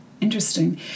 Interesting